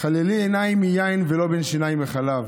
"חכלילי עֵינַיִם מיין וּלְבֶן שִׁנַּיִם מחלב",